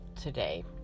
today